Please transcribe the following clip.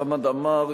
חמד עמאר,